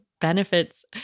benefits